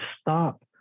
stop